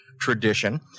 tradition